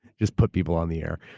just put people on the air.